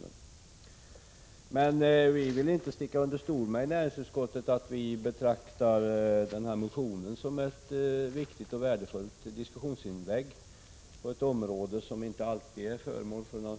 Vi i näringsutskottet vill dock inte sticka under stol med att vi betraktar motionen som ett viktigt och värdefullt diskussionsinlägg på ett område som inte alltid är föremål för några